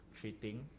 treating